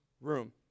room